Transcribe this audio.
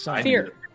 Fear